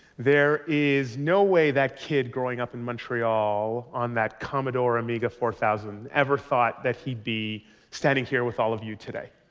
there is no way that kid growing up in montreal on that commodore amiga four thousand ever thought that he'd be standing here with all of you today.